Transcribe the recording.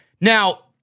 Now